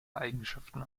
eigenschaften